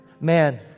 man